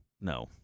no